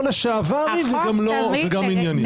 לא לשעברי וגם ענייני.